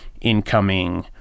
incoming